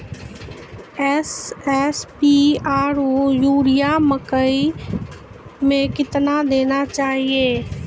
SSP आरु urea मकई मे कितना देना चाहिए?